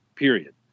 Period